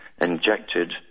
injected